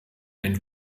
ein